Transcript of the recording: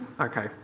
Okay